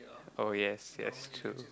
oh yes yes true